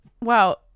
wow